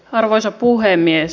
arvoisa puhemies